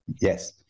Yes